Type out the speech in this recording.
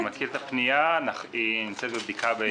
אני מכיר את הפנייה, היא נמצאת בבדיקה בתוך האגף.